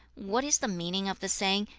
what is the meaning of the saying,